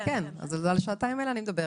כן, אז על השעתיים האלה אני מדברת.